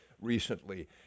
recently